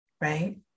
right